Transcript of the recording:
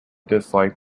disliked